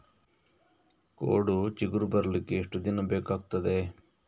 ಕೋಡು ಚಿಗುರು ಬರ್ಲಿಕ್ಕೆ ಎಷ್ಟು ದಿನ ಬೇಕಗ್ತಾದೆ?